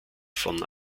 von